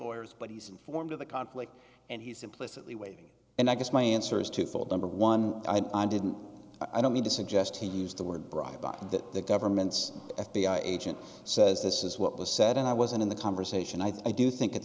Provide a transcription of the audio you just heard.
lawyers but he's informed of the conflict and he's implicitly waiting and i guess my answer is twofold number one i didn't i don't mean to suggest he used the word brought about that the government's f b i agent says this is what was said and i wasn't in the conversation i thought i do think at